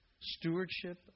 Stewardship